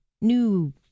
new